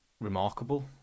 remarkable